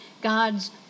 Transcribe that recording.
God's